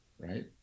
right